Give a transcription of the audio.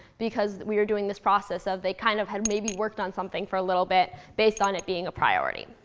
because we were doing this process of they kind of had maybe worked on something for a little bit based on it being a priority.